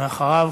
ואחריו,